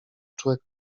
człek